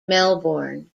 melbourne